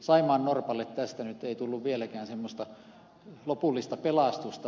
saimaannorpalle tästä nyt ei tullut vieläkään semmoista lopullista pelastusta